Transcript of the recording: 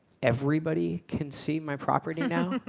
everybody can see my property now?